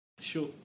Sure